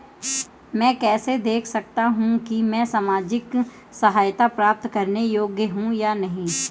मैं कैसे देख सकता हूं कि मैं सामाजिक सहायता प्राप्त करने योग्य हूं या नहीं?